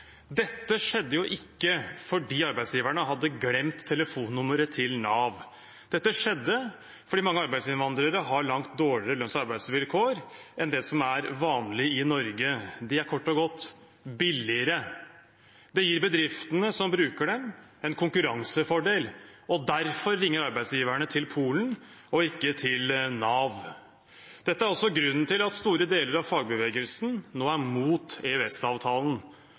Dette skjedde ikke fordi arbeidsgiverne hadde glemt telefonnummeret til Nav. Dette skjedde fordi mange arbeidsinnvandrere har langt dårligere lønns- og arbeidsvilkår enn det som er vanlig i Norge. De er kort og godt billigere. Det gir bedriftene som bruker dem, en konkurransefordel. Derfor ringer arbeidsgiverne til Polen og ikke til Nav. Dette er også grunnen til at store deler av fagbevegelsen nå er